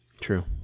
True